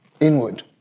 inward